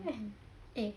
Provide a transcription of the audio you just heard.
kan eh